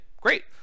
great